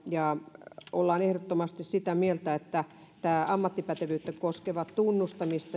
ja olemme ehdottomasti sitä mieltä että tämän ammattipätevyyden tunnustamisen